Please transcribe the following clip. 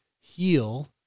heal